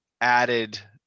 added